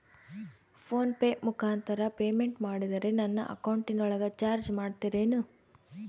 Phone pay ಮುಖಾಂತರ payment ಮಾಡಿದರೆ ನನ್ನ ಅಕೌಂಟಿನೊಳಗ ಚಾರ್ಜ್ ಮಾಡ್ತಿರೇನು?